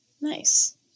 Nice